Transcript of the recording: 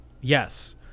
Yes